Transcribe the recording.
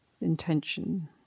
intention